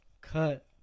Cut